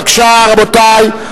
בבקשה, רבותי.